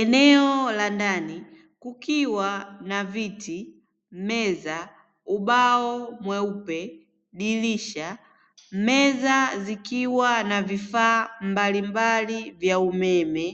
Eneo la ndani kukiwa na viti, meza, ubao mweupe, dirisha, meza zikiwa na vifaa mbalimbali vya umeme.